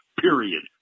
period